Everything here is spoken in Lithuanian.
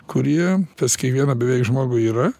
kurie pas kiekvieną beveik žmogų yra